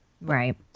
Right